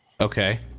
Okay